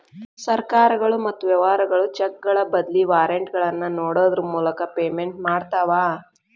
ಸರ್ಕಾರಗಳು ಮತ್ತ ವ್ಯವಹಾರಗಳು ಚೆಕ್ಗಳ ಬದ್ಲಿ ವಾರೆಂಟ್ಗಳನ್ನ ನೇಡೋದ್ರ ಮೂಲಕ ಪೇಮೆಂಟ್ ಮಾಡ್ತವಾ